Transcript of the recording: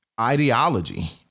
ideology